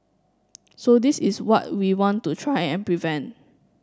so this is what we want to try and prevent